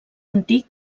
antic